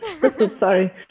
Sorry